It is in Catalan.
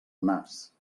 nas